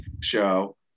show